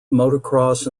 motocross